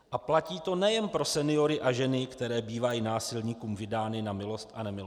A platí to nejen pro seniory a ženy, které bývají násilníkům vydány na milost a nemilost.